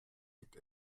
gibt